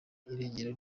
irengero